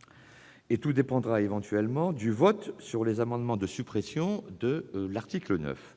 Très bien ! Tout dépendra éventuellement du vote sur les amendements de suppression de l'article 9.